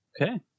Okay